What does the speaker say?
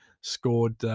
scored